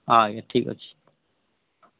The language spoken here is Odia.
ଆଜ୍ଞା ଠିକ୍ ଅଛି